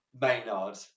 Maynard